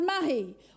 mahi